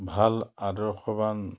ভাল আদৰ্শবান